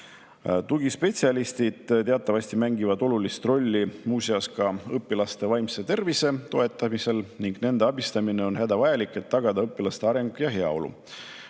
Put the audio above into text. Tugispetsialistid teatavasti mängivad olulist rolli õpilaste vaimse tervise toetamisel. Õpilaste abistamine on hädavajalik, et tagada nende areng ja heaolu.